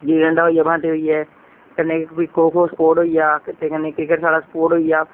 गुल्ली डंडा होई गया बांटे होई गये फिर कन्ने खो खो स्पोर्ट होई गेआ कन्ने क्रिकेट साढ़ा स्पोर्ट होई गेआ